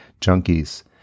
junkies